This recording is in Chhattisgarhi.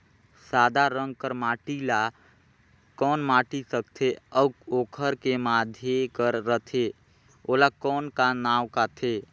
सादा रंग कर माटी ला कौन माटी सकथे अउ ओकर के माधे कर रथे ओला कौन का नाव काथे?